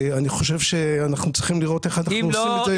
אני חושב שאנחנו צריכים לראות איך אנחנו עושים את זה.